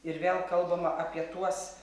ir vėl kalbama apie tuos